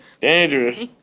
Dangerous